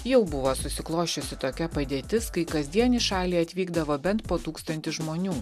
jau buvo susiklosčiusi tokia padėtis kai kasdien į šalį atvykdavo bent po tūkstantį žmonių